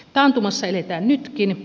taantumassa eletään nytkin